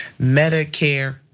Medicare